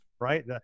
right